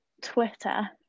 twitter